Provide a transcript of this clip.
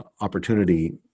opportunity